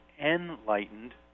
enlightened